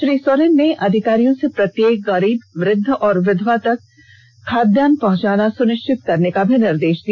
श्री सोरेन ने अधिकारियों से प्रत्येक गरीब वृद्व और विधवा तक खाद्यान्न पहुंचाना सुनिश्चित करने का भी निर्देश दिया